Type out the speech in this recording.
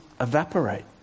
evaporate